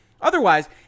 Otherwise